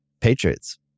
Patriots